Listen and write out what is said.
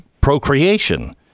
procreation